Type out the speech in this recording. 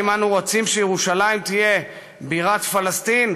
האם אנחנו רוצים שירושלים תהיה בירת פלסטין,